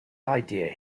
idea